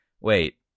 wait